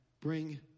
bring